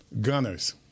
gunners